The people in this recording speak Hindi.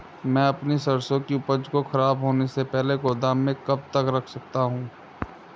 मैं अपनी सरसों की उपज को खराब होने से पहले गोदाम में कब तक रख सकता हूँ?